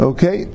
Okay